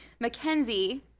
Mackenzie